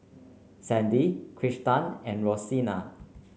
Sandy Kristan and Rosina